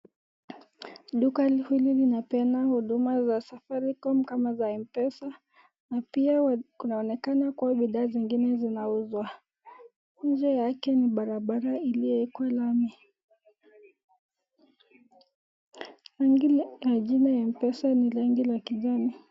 Duka hili linapeana huduma za safaricom kama za M-pesa ,na pia inaonekana kuna bidhaa zingine zinauzwa. Nje yake ni barabara iliyowekwa lami. Rangi la jina ya mpesa ni rangi ya kijani